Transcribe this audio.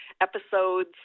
episodes